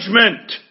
judgment